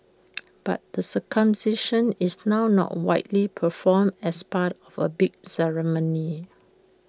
but the circumcision is now not widely performed as part of A big ceremony